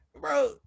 bro